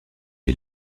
est